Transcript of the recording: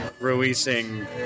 releasing